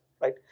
right